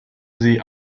sie